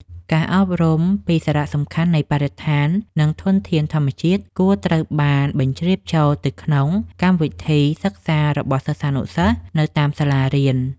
ការអប់រំពីសារៈសំខាន់នៃបរិស្ថាន និងធនធានធម្មជាតិគួរត្រូវបានបញ្ជ្រាបចូលទៅក្នុងកម្មវិធីសិក្សារបស់សិស្សានុសិស្សនៅតាមសាលារៀន។